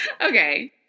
Okay